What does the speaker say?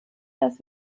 dass